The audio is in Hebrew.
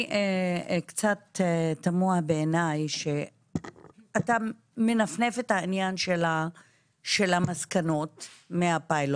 קצת תמוה בעיניי שאתה מנפנף את העניין של המסקנות מהפיילוט.